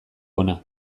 hona